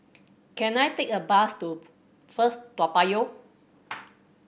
can I take a bus to First Toa Payoh